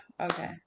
Okay